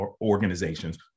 organizations